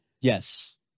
yes